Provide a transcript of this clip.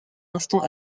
instant